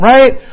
Right